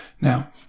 Now